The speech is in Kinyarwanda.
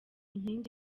inkingi